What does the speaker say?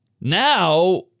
now